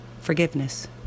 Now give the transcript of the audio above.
forgiveness